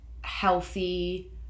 healthy